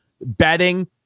betting